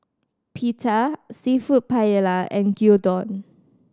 Pita Seafood Paella and Gyudon